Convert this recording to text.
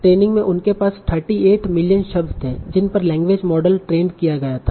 training में उनके पास 38 मिलियन शब्द थे जिस पर लैंग्वेज मॉडल ट्रेंड किया गया था